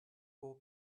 four